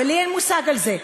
ולי אין מושג על זה.